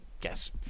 guess